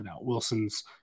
wilson's